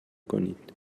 کنید